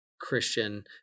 christian